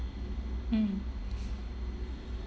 mm